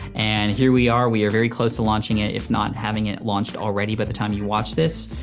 and here we are, we are very close to launching it, if not having it launched already by the time you watch this.